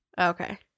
Okay